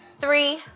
three